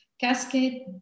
Cascade